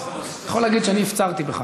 יכול להגיד שאני הפצרתי בך.